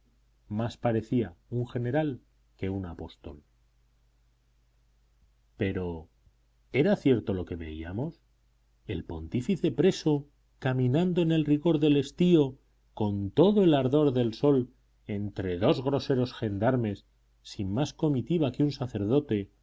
más parecía un general que un apóstol pero era cierto lo que veíamos el pontífice preso caminando en el rigor del estío con todo el ardor del sol entre dos groseros gendarmes sin más comitiva que un sacerdote